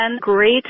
great